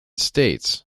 states